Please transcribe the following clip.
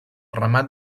remat